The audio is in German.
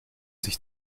sich